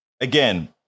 Again